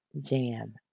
jam